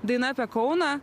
daina apie kauną